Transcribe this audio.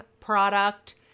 product